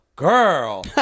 Girl